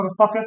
motherfucker